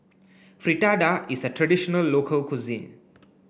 Fritada is a traditional local cuisine